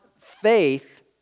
faith